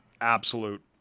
absolute